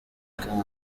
gallican